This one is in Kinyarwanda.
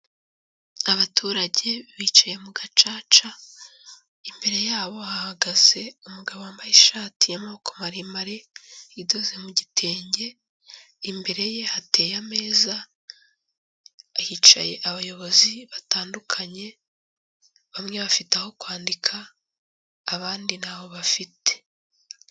Abaturage bicaye mu gacaca, imbere yabo hahagaze umugabo wambaye ishati y'amaboko maremare idoze mu gitenge, imbere ye hateye ameza hicaye abayobozi batandukanye, bamwe bafite aho kwandika abandi ntaho bafite.